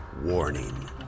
Warning